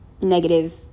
negative